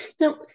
Now